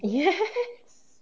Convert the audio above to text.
yes